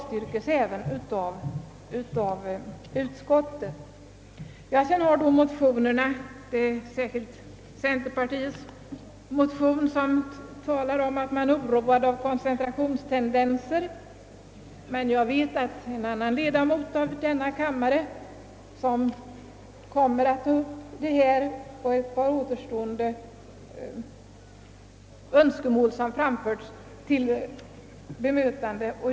Särskilt i motionen från centerpartihåll uttalas oro för koncentrationstendenser. Men jag vet att en annan ledamot av denna kammare kommer att ta upp detta och ett par återstående önskemål, som har framförts, till bemötande.